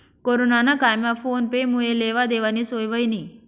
corona ना कायमा phone पे मुये लेवा देवानी सोय व्हयनी